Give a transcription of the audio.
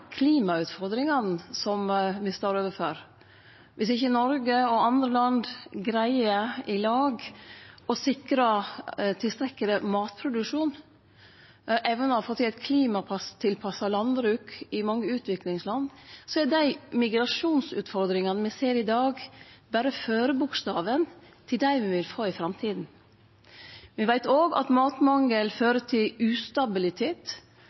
klimautfordringane som me står overfor, viss ikkje Noreg og andre land greier i lag å sikre tilstrekkeleg matproduksjon, evnar å få til eit klimatilpassa landbruk i mange utviklingsland, er dei migrasjonsutfordringane me ser i dag, berre førebokstaven på dei me vil få i framtida. Me veit òg at matmangel fører til ustabilitet.